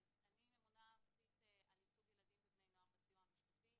אז אני ממונה ארצית על ייצוג ילדים ובני נוער בסיוע המשפטי,